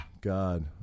God